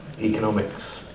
economics